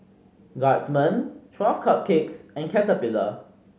Guardsman Twelve Cupcakes and Caterpillar